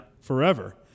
forever